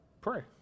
pray